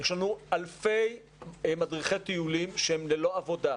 יש לנו אלפי מדריכי טיולים שהם ללא עבודה.